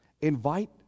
Invite